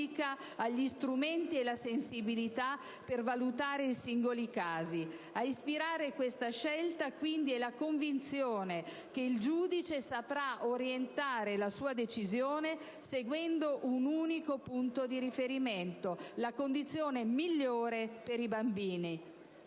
gli strumenti e la sensibilità per valutare i singoli casi. A ispirare questa scelta, quindi, è la convinzione che il giudice saprà orientare la sua decisione seguendo un unico punto di riferimento: la condizione migliore per i bambini.